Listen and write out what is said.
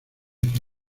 que